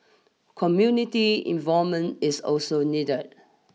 community involvement is also needed